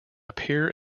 appear